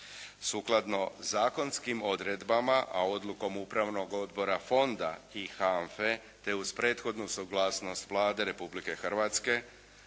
Sukladno zakonskim odredbama, a odlukom upravnog odbora fonda i HANF-e te uz prethodnu suglasnost Vlade Republike Hrvatske